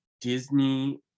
Disney